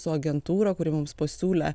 su agentūra kuri mums pasiūlė